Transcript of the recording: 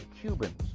Cubans